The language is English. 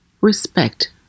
respect